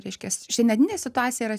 reiškias šiandieninė situacija yra